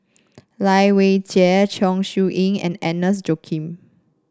Lai Weijie Chong Siew Ying and Agnes Joaquim